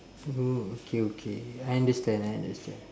mm okay okay I understand I understand